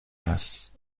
است